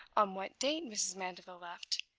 on what date mrs. mandeville left,